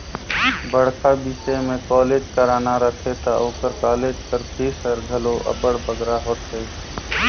बड़खा बिसे में कॉलेज कराना रहथे ता ओकर कालेज कर फीस हर घलो अब्बड़ बगरा होथे